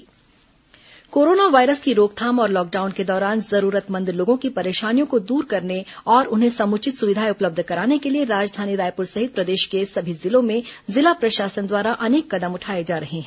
corona जिला corona virus की रोकथाम और लॉकडाउन के दौरान जरूरतमंद लोगों की परेशानियों को दूर करने और उन्हें समुचित सुविधाएं उपलब्ध कराने के लिए राजधानी रायपुर सहित प्रदेश के सभी जिलों में जिला प्रशासन द्वारा अनेक कदम उठाए जा रहे हैं